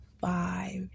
five